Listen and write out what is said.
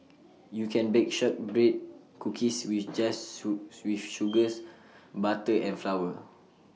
you can bake Shortbread Cookies you just sue with sugars butter and flour